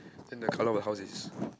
then the colour of a house is